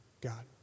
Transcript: God